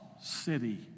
city